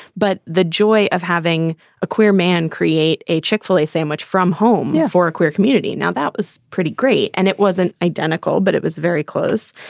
but the joy of having a queer man create a chick-fil-a sandwich from home yeah for a queer community. now, that was pretty great. and it wasn't identical, but it was very close.